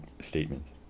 statements